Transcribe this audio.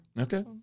Okay